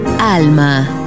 Alma